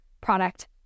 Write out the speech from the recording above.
product